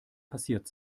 passiert